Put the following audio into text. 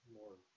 more